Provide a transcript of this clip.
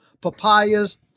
papayas